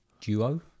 duo